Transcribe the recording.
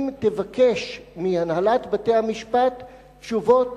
אם תבקש מהנהלת בתי-המשפט תשובות